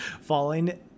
falling